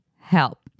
help